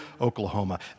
Oklahoma